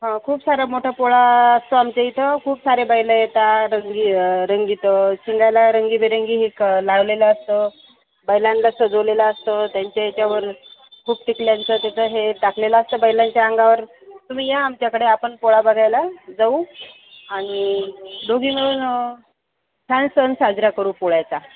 हा खूप सारा मोठा पोळा असतो आमच्या इथं खूप सारे बैलं येता रंगी रंगीत शिंगाला रंगबिरंगी एक लावलेलं असतं बैलांना सजवलेलं असतं त्यांच्या याच्यावर खूप टिकल्यांचं तसं हे टाकलेलं असतं बैलांच्या अंगावर तुम्ही या आमच्याकडे आपण पोळा बघायला जाऊ आणि दोघी मिळून छान सण साजरा करू पोळ्याचा